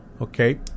Okay